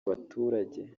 abaturage